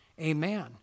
Amen